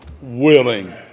willing